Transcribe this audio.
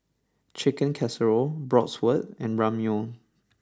Chicken Casserole Bratwurst and Ramyeon